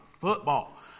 football